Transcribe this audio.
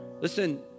Listen